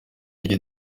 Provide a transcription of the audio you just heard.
igihe